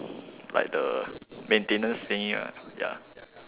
like the maintenance thingy ah ya